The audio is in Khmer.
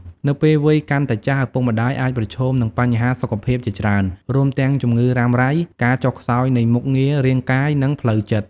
នៅពេលវ័យកាន់តែចាស់ ឪពុកម្ដាយអាចប្រឈមនឹងបញ្ហាសុខភាពជាច្រើន រួមទាំងជំងឺរ៉ាំរ៉ៃ ការចុះខ្សោយនៃមុខងាររាងកាយ និងផ្លូវចិត្ត។